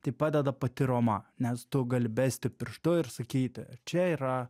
tai padeda pati roma nes tu gali besti pirštu ir sakyti čia yra